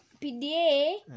PDA